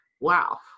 Wow